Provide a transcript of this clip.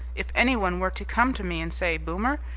if anyone were to come to me and say, boomer,